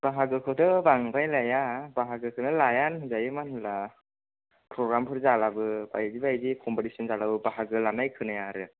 बाहागोखौथ' बांद्राय लाया बाहागोखौनो लायानो होनजायो मानो होनब्ला प्रग्रामफोर जाब्लाबो बायदि बायदि कमपिटिसन जाब्लाबो बाहागो लानाय खोनाया आरो